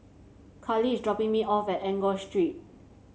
Carli is dropping me off at Enggor Street